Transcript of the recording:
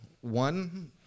one